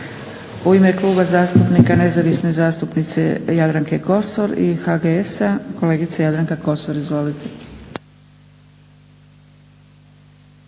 U ime Kluba zastupnika nezavisne zastupnice Jadranke Kosor i HGS-a kolegica Jadranka Kosor. Izvolite.